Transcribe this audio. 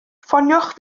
ffoniwch